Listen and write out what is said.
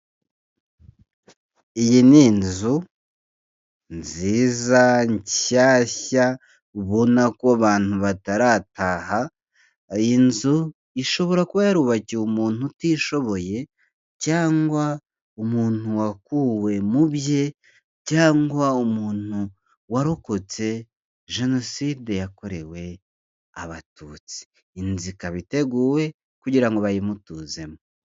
Iyi ni inzu nziza nshyashya ubona ko abantu batarataha, iyi nzu ishobora kuba yarubagiwe umuntu utishoboye cyangwa umuntu wakuwe mu bye cyangwa umuntu warokotse jenoside yakorewe abatutsi, inzu ikaba iteguwe kugira ngo bayimutuzemo.